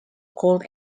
called